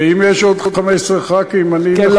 ואם יש עוד 15 חברי כנסת, אני נכון לאתגר.